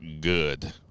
good